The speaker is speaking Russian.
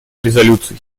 резолюций